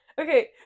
Okay